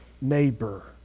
neighbor